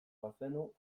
bazenu